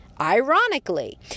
Ironically